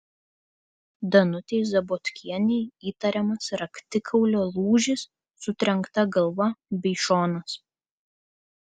danutei zabotkienei įtariamas raktikaulio lūžis sutrenkta galva bei šonas